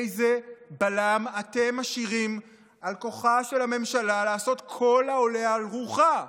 איזה בלם אתם משאירים על כוחה של הממשלה לעשות כל העולה על רוחה?